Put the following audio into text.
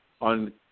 on